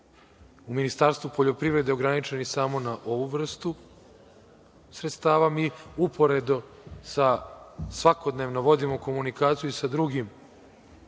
u Ministarstvu poljoprivrede ograničeni samo na ovu vrstu sredstava, mi uporedo sa svakodnevno vodimo komunikaciju i sa drugim